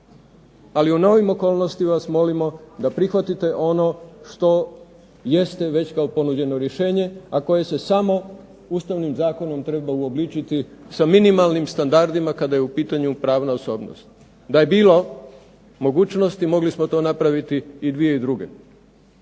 ali u novim okolnostima vas molimo da prihvatite ono što jeste već kao ponuđeno rješenje, a koje se samo ustavnim zakonom treba uobličiti sa minimalnim standardima kada je u pitanju pravna osobnost. Da je bilo mogućnosti mogli smo to napraviti i 2002. i 2001.,